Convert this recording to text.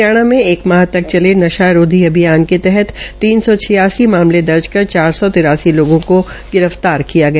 हरियाणा में एक माह तक चले नशा रोधी अभियान के तहत तीन सौ छियासी मामले दर्ज कर चार सौ तिरासी लोगों को गिरफ्तार किया गया